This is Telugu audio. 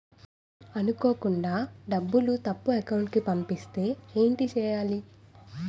అనుకోకుండా డబ్బులు తప్పు అకౌంట్ కి పంపిస్తే ఏంటి చెయ్యాలి?